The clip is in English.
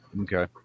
Okay